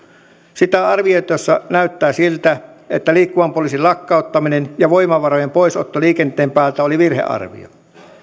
sitä arvioitaessa näyttää siltä että liikkuvan poliisin lakkauttaminen ja voimavarojen poisotto liikenteen päältä oli virhearvio